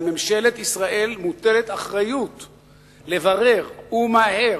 על ממשלת ישראל מוטלת אחריות לברר, ומהר,